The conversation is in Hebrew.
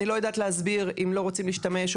אני לא יודעת להסביר אם לא רוצים להשתמש,